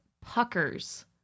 puckers